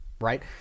right